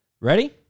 Ready